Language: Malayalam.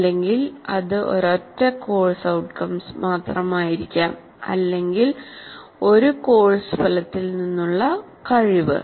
അല്ലെങ്കിൽ അത് ഒരൊറ്റ കോഴ്സ് ഔട്ട്കം മാത്രമായിരിക്കാം അല്ലെങ്കിൽ ഒരു കോഴ്സ് ഫലത്തിൽ നിന്നുള്ള കഴിവ്